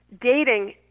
dating